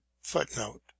Footnote